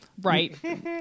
right